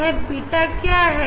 यह बिटर क्या है